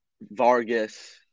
Vargas